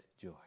joy